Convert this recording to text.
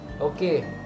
okay